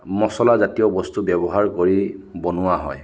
মছলাজাতী য় বস্তু ব্যৱহাৰ কৰি বনোৱা হয়